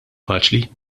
faċli